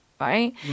right